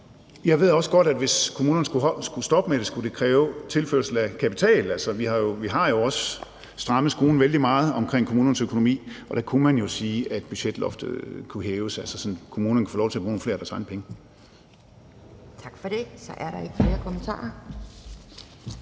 Jeg ved også godt, at hvis kommunerne skulle stoppe med det, ville det kræve tilførsel af kapital. Altså, vi har jo også strammet skruen vældig meget i forhold til kommunernes økonomi, og der kunne man jo sige, at budgetloftet kunne hæves, sådan at kommunerne kunne få lov til at bruge nogle flere af deres egne penge.